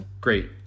great